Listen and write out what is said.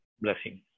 blessing